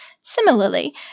Similarly